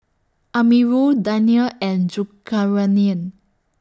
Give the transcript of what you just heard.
Amirul Daniel and Zulkarnain